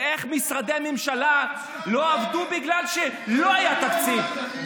ואיך משרדי הממשלה לא עבדו בגלל שלא היה תקציב,